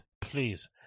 Please